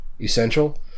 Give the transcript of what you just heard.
essential